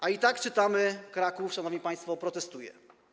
A i tak - jak czytamy - Kraków, szanowni państwo, protestuje.